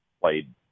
played